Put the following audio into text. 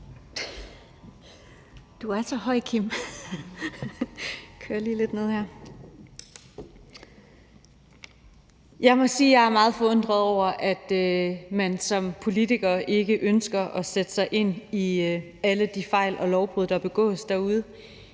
Du er så høj, Kim. Jeg kører lige talerstolen lidt ned. Jeg må sige, at jeg er meget forundret over, at man som politiker ikke ønsker at sætte sig ind i alle de fejl og lovbrud, der begås derude